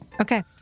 Okay